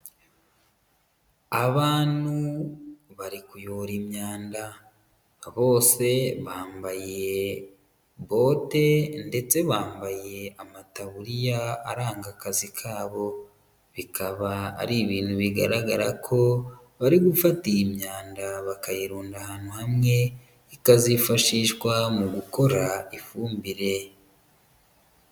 Abantu bari kuyobora imyanda bose bambaye bote ndetse bambaye amataburiya aranga akazi kabo, bikaba ari ibintu bigaragara ko bari gufata iyi imyanda bakayirunda ahantu hamwe ikazifashishwa mu gukora ifumbire.